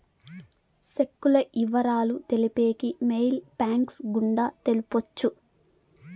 సెక్కుల ఇవరాలు తెలిపేకి మెయిల్ ఫ్యాక్స్ గుండా తెలపొచ్చు